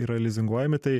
yra lizinguojami tai